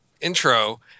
intro